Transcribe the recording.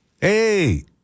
Hey